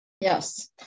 yes